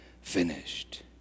finished